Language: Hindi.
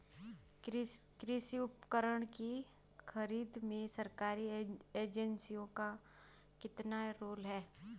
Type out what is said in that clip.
कृषि उपकरण की खरीद में सरकारी एजेंसियों का कितना रोल है?